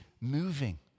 moving